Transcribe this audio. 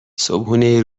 صبحونه